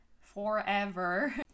forever